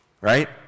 right